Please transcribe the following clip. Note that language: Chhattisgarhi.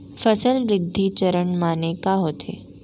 फसल वृद्धि चरण माने का होथे?